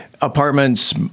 Apartments